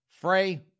Frey